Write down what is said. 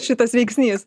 šitas veiksnys